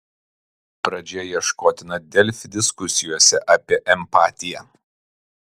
pradžia ieškotina delfi diskusijose apie empatiją